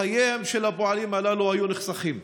חייהם של הפועלים הללו היו נחסכים.